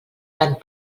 tant